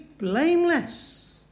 Blameless